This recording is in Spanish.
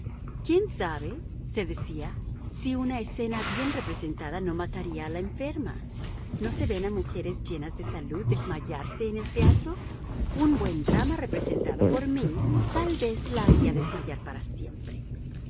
quién sabe se decía si una escena bien representada no mataría a la enferma no se ve a mujeres llenas de salud desmayarse en el teatro un buen drama representado por mí tal vez la haría desmayar para siempre